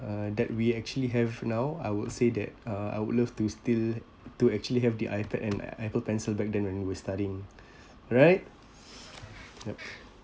uh that we actually have now I would say that uh I would love to still to actually have the ipad and apple pencil back then when we studying right yup